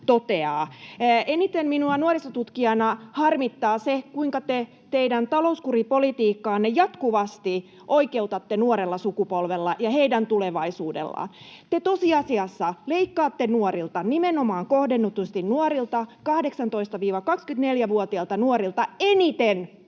Eniten minua nuorisotutkijana harmittaa se, kuinka teidän talouskuripolitiikkaanne jatkuvasti oikeutatte nuorella sukupolvella ja heidän tulevaisuudellaan. Te tosiasiassa leikkaatte nuorilta, nimenomaan kohdennetusti nuorilta, 18—24-vuotiailta nuorilta, eniten. Eli te leikkaatte